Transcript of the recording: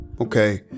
Okay